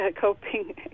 coping